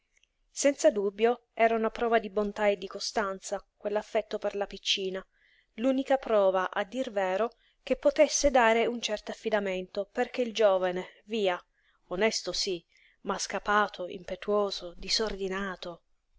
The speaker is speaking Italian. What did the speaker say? senza dubbio era una prova di bontà e di costanza quell'affetto per la piccina l'unica prova a dir vero che potesse dare un certo affidamento perché il giovine via onesto sí ma scapato impetuoso disordinato